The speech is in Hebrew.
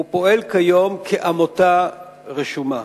ופועל כיום כעמותה רשומה.